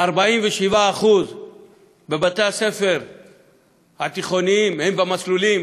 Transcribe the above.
47% בבתי-הספר התיכוניים הם במסלולים